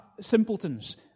simpletons